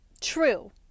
true